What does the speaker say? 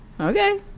Okay